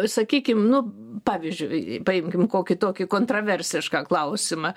sakykim nu pavyzdžiui paimkim kokį tokį kontraversišką klausimą